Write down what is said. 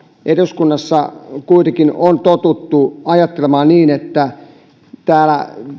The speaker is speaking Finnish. eduskunnassa on kuitenkin totuttu ajattelemaan niin että jos täällä